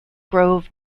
grove